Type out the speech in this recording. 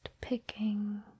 picking